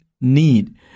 need